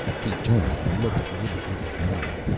he turned and looked at the little group of men.